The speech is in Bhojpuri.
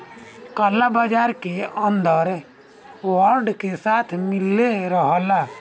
काला बाजार के अंडर वर्ल्ड के साथ मिलले रहला